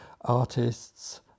artists